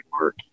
work